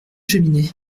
cheminée